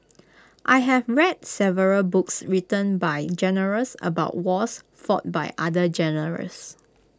I have read several books written by generals about wars fought by other generals